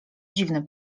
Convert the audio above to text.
dziwne